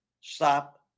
stop